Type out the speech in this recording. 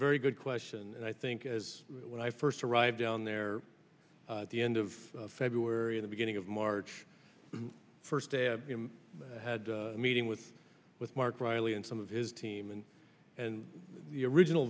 very good question and i think as when i first arrived down there at the end of february the beginning of march the first day i had a meeting with with mark riley and some of his team and and the original